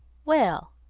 well,